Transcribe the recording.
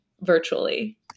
virtually